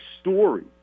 story